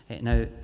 now